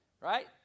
right